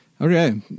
Okay